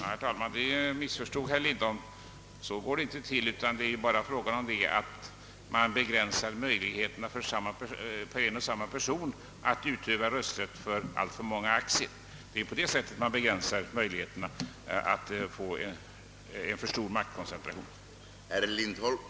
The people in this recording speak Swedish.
Herr talman! Herr Lindholm missförstod mig; det går inte till så som han sade. Genom att begränsa möjligheten för en och samma person att utöva rösträtten för alltför många aktier, begränsar man också möjligheterna till en alltför stor maktkoncentration.